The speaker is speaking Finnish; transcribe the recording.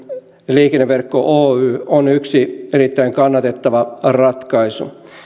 liikenneverkko oy on yksi erittäin kannatettava ratkaisu